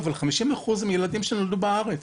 אבל 50 אחוזים הן משפחות של ילדים שנולדו בארץ